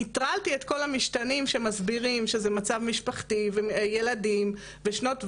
נטרלתי את כל המשתנים שמסבירים שזה מצב משפחתי וילדים ושנות ותק,